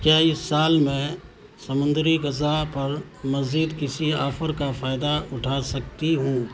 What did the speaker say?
کیا اس سال میں سمندری غذا پر مزید کسی آفر کا فائدہ اٹھا سکتی ہوں